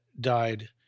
died